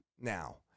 now